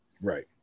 Right